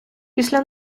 після